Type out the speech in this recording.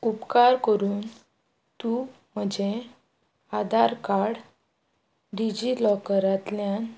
उपकार करून तूं म्हजें आदार कार्ड डिजिलॉकरांतल्यान